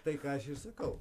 tai ką aš ir sakau